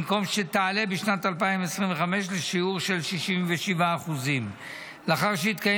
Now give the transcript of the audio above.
במקום שתעלה בשנת 2025 לשיעור של 67%. לאחר שהתקיים